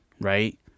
right